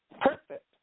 Perfect